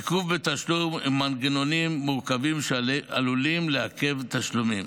עיכוב בתשלום ומנגנונים מורכבים שעלולים לעכב תשלומים,